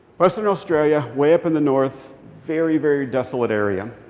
western australia, way up in the north. very, very desolate area.